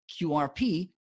QRP